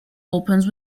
opens